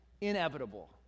inevitable